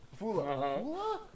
Fula